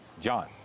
John